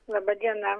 laba diena